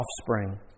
offspring